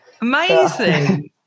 Amazing